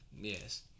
Yes